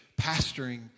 pastoring